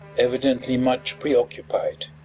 evidently much preoccupied.